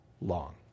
long